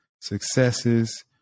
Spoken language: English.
successes